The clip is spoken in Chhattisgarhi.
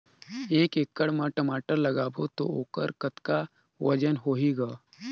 एक एकड़ म टमाटर लगाबो तो ओकर कतका वजन होही ग?